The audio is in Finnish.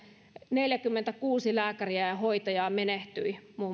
neljäkymmentäkuusi lääkäriä ja hoitajaa menehtyi muun